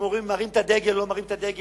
אם אומרים: מרים את הדגל או לא מרים את הדגל,